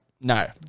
no